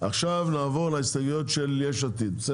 ההסתייגויות לא עברו.